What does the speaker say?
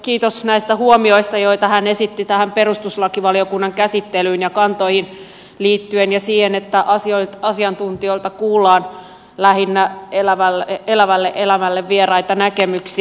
kiitos näistä huomioista joita hän esitti tähän perustuslakivaliokunnan käsittelyyn ja kantoihin liittyen ja siihen että asiantuntijoilta kuullaan lähinnä elävälle elämälle vieraita näkemyksiä